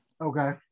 okay